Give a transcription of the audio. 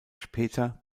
später